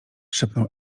szepnął